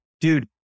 dude